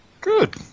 good